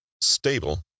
stable